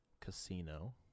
Casino